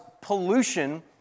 pollution